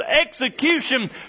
execution